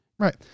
Right